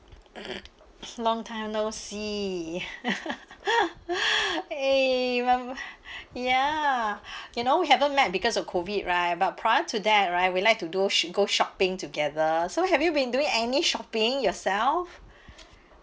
long time no see eh remem~ ya you know we haven't met because of COVID right but prior to that right we like to do sho~ go shopping together so have you been doing any shopping yourself